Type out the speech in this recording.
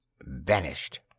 vanished